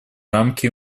рамки